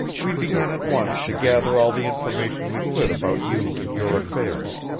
we began at once to gather all the information we could about you and your affairs.